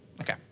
Okay